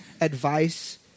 advice